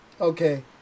okay